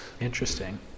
Interesting